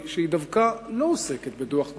היא שהיא דווקא לא עוסקת בדוח גולדסטון.